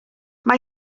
mae